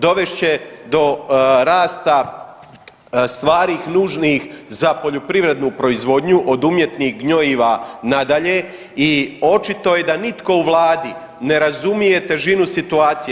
Dovest će do rasta stvari nužnih za poljoprivrednu proizvodnju od umjetnih gnojiva nadalje i očito je da nitko u vladi ne razumije težinu situacije.